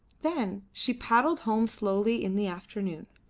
then she paddled home slowly in the afternoon,